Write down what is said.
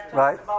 right